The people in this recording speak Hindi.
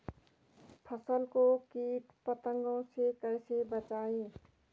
फसल को कीट पतंगों से कैसे बचाएं?